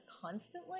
constantly